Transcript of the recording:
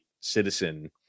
citizen